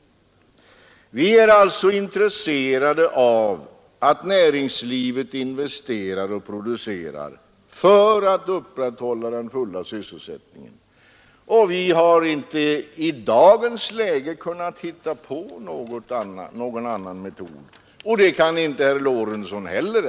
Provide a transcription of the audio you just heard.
Vi är alltså intresserade av att näringslivet investerar och producerar för att upprätthålla den fulla sysselsättningen. Vi har inte i dagens läge kunnat hitta på någon annan metod, och det kan inte herr Lorentzon heller.